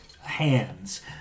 hands